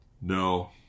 no